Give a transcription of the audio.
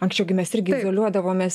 anksčiau gi mes irgi izoliuodavomės